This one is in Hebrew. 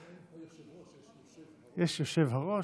על אותו משקל, אין "יושב-ראש", אלא "יושב-הראש".